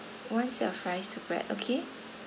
wants your fries to great okay